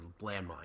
landmine